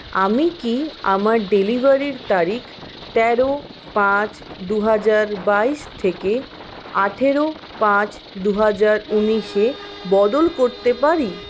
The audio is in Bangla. আমি কি আমার ডেলিভারির তারিখ তেরো পাঁচ দুহাজার বাইশ থেকে আঠারো পাঁচ দুহাজার উনিশে বদল করতে পারি